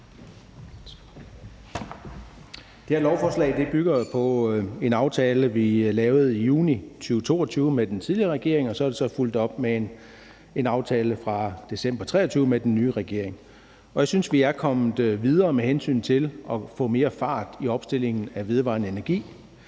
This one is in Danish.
Det her lovforslag bygger jo på en aftale, vi lavede i juni 2022 med den tidligere regering, og så er der så fulgt op med en aftale fra december 2023 med den nye regering. Jeg synes, vi er kommet videre med hensyn til at få mere fart ind i opstillingen af vedvarende energi.